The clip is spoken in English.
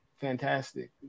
fantastic